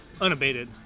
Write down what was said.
unabated